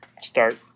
start